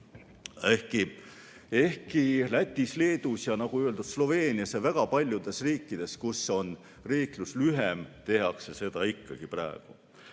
ehkki Lätis ja Leedus, ja nagu öeldud, Sloveenias ja väga paljudes riikides, kus on riiklust olnud lühemalt, tehakse seda ikkagi praegu.